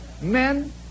Men